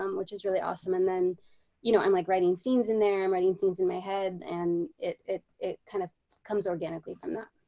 um which is really awesome and then you know, i'm like writing scenes in there. i'm writing scenes in my head and it it ind kind of comes organically from that.